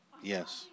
Yes